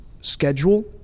schedule